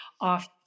off